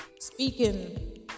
speaking